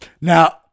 Now